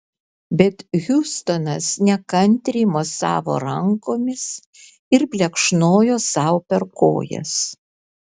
bet hiustonas nekantriai mosavo rankomis ir plekšnojo sau per kojas